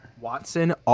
Watson